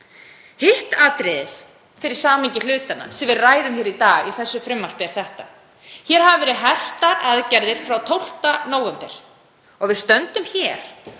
Hitt atriðið fyrir samhengi hlutanna sem við ræðum hér í dag í þessu frumvarpi er þetta: Hér hafa verið hertar aðgerðir frá 12. nóvember og við stöndum hér